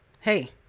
hey